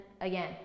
again